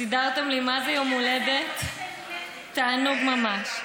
סידרתם לי מה-זה יום הולדת, תענוג ממש.